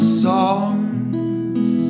songs